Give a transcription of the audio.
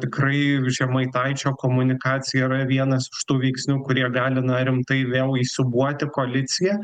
tikrai žemaitaičio komunikacija yra vienas iš tų veiksnių kurie gali na rimtai vėl įsiūbuoti koaliciją